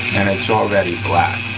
and it's already black.